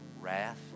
wrath